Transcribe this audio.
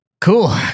Cool